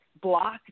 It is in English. block